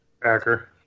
Packer